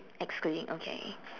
excluding okay